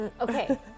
Okay